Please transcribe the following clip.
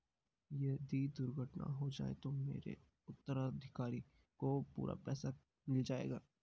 यदि दुर्घटना हो जाये तो मेरे उत्तराधिकारी को पूरा पैसा मिल जाएगा?